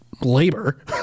labor